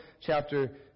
chapter